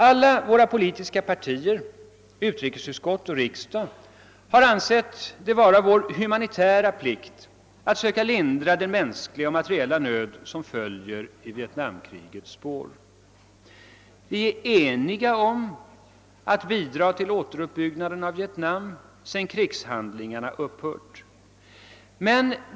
Alla våra politiska partier, utrikesutskottet och riksdagen har ansett det vara en humanitär plikt att söka lindra den mänskliga och materiella nöd som följer i Vietnamkrigets spår. Vi är eniga om att bidra till återuppbyggnaden av Vietnam sedan krigshandlingarna upphört.